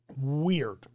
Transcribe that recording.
weird